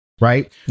right